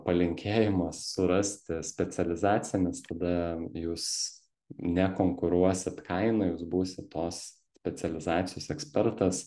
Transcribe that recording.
palinkėjimas surasti specializaciją nes tada jūs nekonkuruosit kaina jūs būsit tos specializacijos ekspertas